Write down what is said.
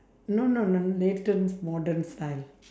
no no no latest modern style